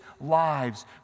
lives